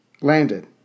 landed